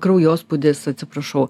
kraujospūdis atsiprašau